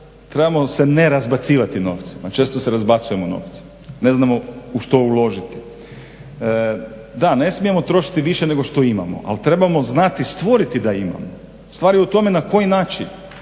trebamo se ne razbacivati novcima, a često se razbacujemo novcem, ne znamo u što uložiti. Da, ne smijemo trošiti više nego što imamo, ali trebamo znati stvoriti da imamo. Stvar je u tome na koji način,